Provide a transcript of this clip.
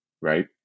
right